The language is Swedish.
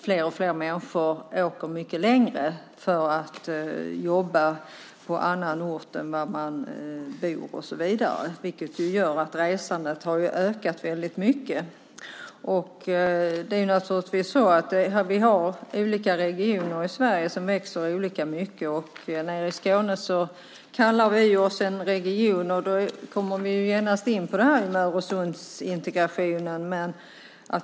Allt fler människor åker nu mycket längre för att jobba på annan ort än där man bor. Det gör att resandet har ökat väldigt mycket. Naturligtvis växer olika regioner i Sverige olika mycket. Nere i Skåne kallar vi oss ju för en region. Därmed kommer vi genast in på Öresundsintegrationen.